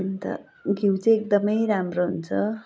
अन्त घिउ चाहिँ एकदमै राम्रो हुन्छ